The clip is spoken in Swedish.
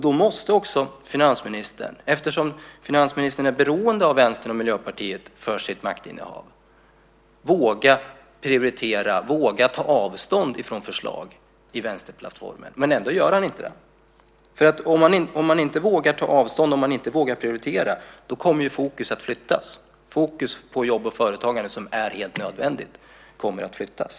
Då måste också finansministern, som är beroende av Vänstern och Miljöpartiet för sitt maktinnehav, våga prioritera och våga ta avstånd från förslag i vänsterplattformen. Men ändå gör han inte det. Om han inte vågar ta avstånd och inte vågar prioritera så kommer ju fokus att flyttas. Fokus på jobb och företagande är helt nödvändigt, men det kommer att flyttas.